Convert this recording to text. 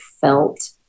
felt